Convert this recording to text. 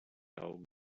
old